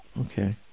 Okay